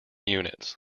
units